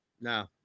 No